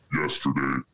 yesterday